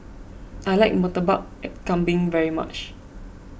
I like Murtabak Kambing very much